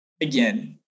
Again